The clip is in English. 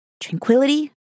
tranquility